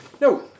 No